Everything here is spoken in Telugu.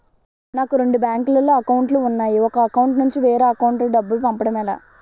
నాకు రెండు బ్యాంక్ లో లో అకౌంట్ లు ఉన్నాయి ఒక అకౌంట్ నుంచి వేరే అకౌంట్ కు డబ్బు పంపడం ఎలా?